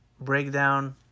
breakdown